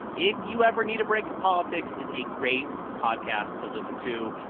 if you ever need a break from politics, is a great podcast to listen to,